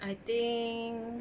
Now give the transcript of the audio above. I think